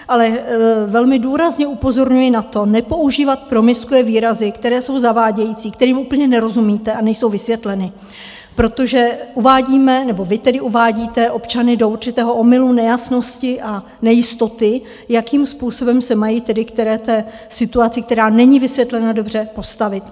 Ale velmi důrazně upozorňuji na to, nepoužívat promiscue výrazy, které jsou zavádějící, kterým úplně nerozumíte a nejsou vysvětleny, protože uvádíme, nebo vy tedy uvádíte občany do určitého omylu, nejasnosti a nejistoty, jakým způsobem se mají tedy které té situaci, která není vysvětlena dobře, postavit.